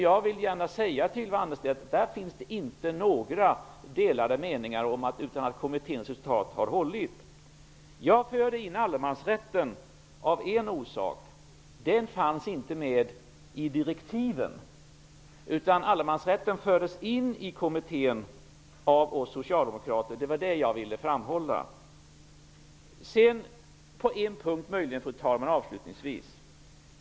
Jag vill gärna till Ylva Annerstedt säga att det där inte finns några delade meningar, utan kommitténs resultat har hållit. Jag förde in frågan om allemansrätten av en orsak. Den fanns inte med i direktiven. Allemansrätten fördes in i kommitténs arbete av oss socialdemokrater. Det var det jag ville framhålla. Fru talman! Jag vill avslutningsvis göra ett klargörande på en punkt.